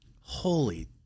holy